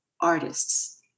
artists